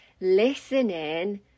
listening